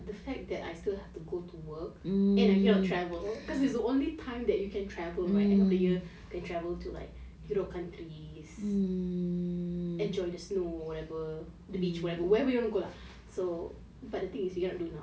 um in a way yes because like I don't have to like teach and I can chill a bit but the fact that I still have to go to work and I cannot travel cause it's the only time that you can travel right end of year to travel to like europe country um